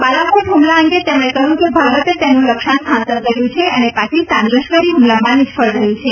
બાલાકોટ હુમલા અંગે તેમણે કહ્યું કે ભારતે તેનું લક્ષ્યાંક હાંસલ કર્યું છે અને પાકિસ્તાન લશ્કરી હુમલામાં નિષ્ફળ રહ્યું છે